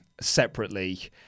separately